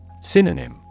Synonym